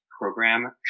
Program